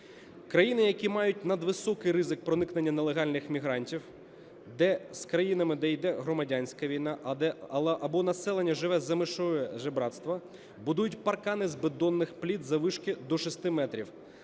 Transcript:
Країни, які мають надвисокий ризик проникнення нелегальних мігрантів з країнами, де йде громадянська війна або населення живе за межею жебрацтва, будують паркани з бетонних плит заввишки до шести метрів,